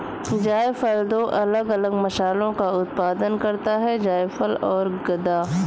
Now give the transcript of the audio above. जायफल दो अलग अलग मसालों का उत्पादन करता है जायफल और गदा